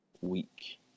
week